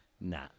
nah